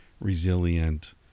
resilient